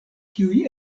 kiuj